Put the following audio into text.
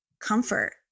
comfort